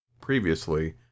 previously